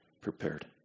prepared